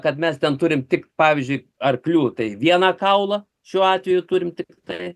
kad mes ten turim tik pavyzdžiui arklių tai vieną kaulą šiuo atveju turim tiktai